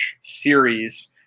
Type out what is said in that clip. series